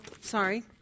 sorry